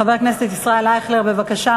חבר הכנסת ישראל אייכלר, בבקשה.